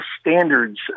standards